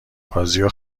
بازیرو